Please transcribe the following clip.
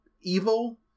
evil